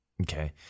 Okay